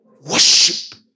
Worship